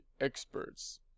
experts